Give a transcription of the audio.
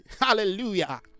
Hallelujah